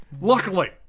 Luckily